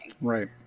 Right